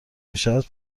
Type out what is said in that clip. میشوند